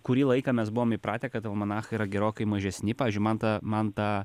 kurį laiką mes buvom įpratę kad almanachai yra gerokai mažesni pavyzdžiui man ta man ta